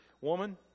woman